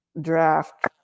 draft